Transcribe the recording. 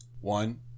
One